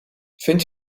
vind